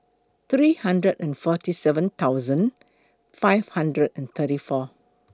three hundred and forty seven thousand five hundred and thirty four